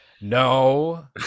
No